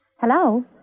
Hello